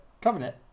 Covenant